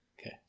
Okay